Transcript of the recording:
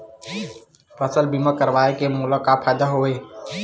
फसल बीमा करवाय के मोला का फ़ायदा हवय?